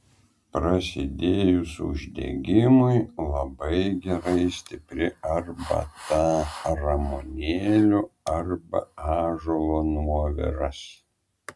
prasidėjus uždegimui labai gerai stipri arbata ramunėlių arba ąžuolo nuoviras